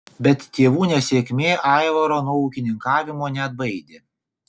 bet tėvų nesėkmė aivaro nuo ūkininkavimo neatbaidė